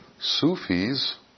Sufis